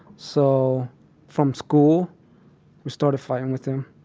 so from school we started fighting with them,